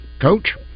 Coach